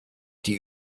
die